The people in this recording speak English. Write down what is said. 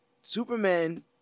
Superman